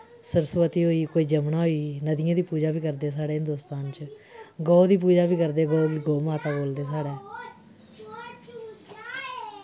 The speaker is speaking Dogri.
सरस्वती होई कोई जमुना होई गेई नदियें दी पूजा बी करदे साढ़े हिंदुस्तान च गौ दी पूजा बी करदे गौ गी गौ माता बोलदे साढ़ै